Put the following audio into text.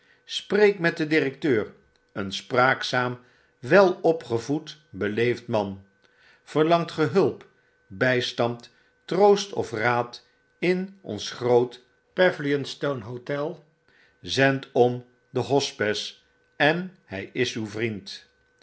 met den directeur een spraakzaam welopgevoed beleefd man verlangt gij hulp bijstand troost of raad in ons groot pavilionstone hotel zend om den hospes en hy is uw vriend